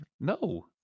No